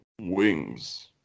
Wings